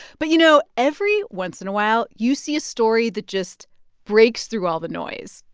but you know, every once in a while, you see a story that just breaks through all the noise,